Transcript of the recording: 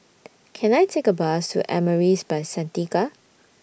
Can I Take A Bus to Amaris By Santika